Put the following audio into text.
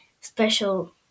special